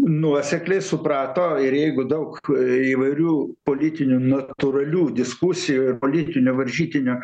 nuosekliai suprato ir jeigu daug įvairių politinių natūralių diskusijų ir politinių varžytinių